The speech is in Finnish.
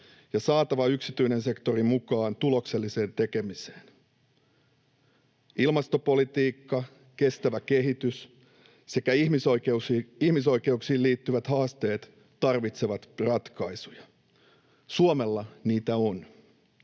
ja saatava yksityinen sektori mukaan tulokselliseen tekemiseen. Ilmastopolitiikka, kestävä kehitys sekä ihmisoikeuksiin liittyvät haasteet tarvitsevat ratkaisuja. Suomella niitä on.